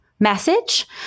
message